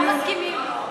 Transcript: לא מסכימים.